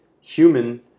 human